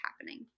happening